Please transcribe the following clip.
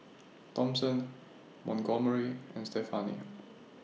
Thompson Montgomery and Stephani